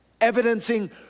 evidencing